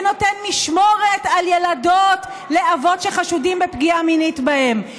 ונותן משמורת על ילדות לאבות שחשודים בפגיעה מינית בהן.